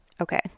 Okay